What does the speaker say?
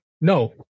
No